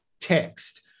text